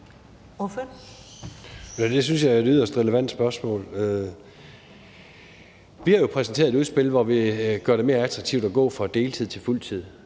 Det synes jeg er et yderst relevant spørgsmål. Vi har jo præsenteret et udspil, hvor vi gør det mere attraktivt at gå fra deltid til fuld tid,